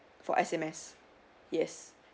for S_M_S yes